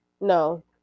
No